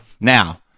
Now